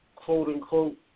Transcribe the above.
quote-unquote